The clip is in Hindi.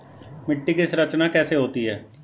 मिट्टी की संरचना कैसे होती है?